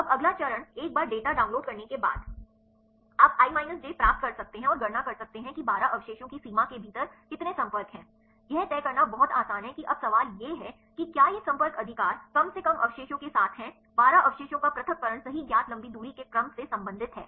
अब अगला चरण एक बार डेटा डाउनलोड करने के बाद आप i minus j प्राप्त कर सकते हैं और गणना कर सकते हैं कि 12 अवशेषों की सीमा के भीतर कितने संपर्क हैं यह करना बहुत आसान है कि अब सवाल यह है कि क्या ये संपर्क अधिकार कम से कम अवशेषों के साथ हैं बारह अवशेषों का पृथक्करण सही ज्ञात लंबी दूरी के क्रम से संबंधित है